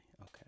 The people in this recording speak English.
okay